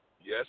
Yes